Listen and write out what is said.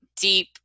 deep